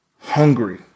hungry